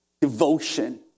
devotion